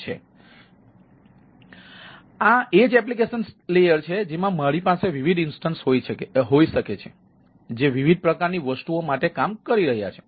તેથી આ એ જ એપ્લિકેશન સ્તર છે જેમાં મારી પાસે વિવિધ ઇન્સ્ટન્સ હોઈ શકે છે જે વિવિધ પ્રકારની વસ્તુઓ માટે કામ કરી રહ્યા છે